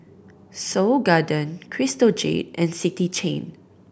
Seoul Garden Crystal Jade and City Chain